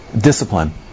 discipline